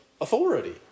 authority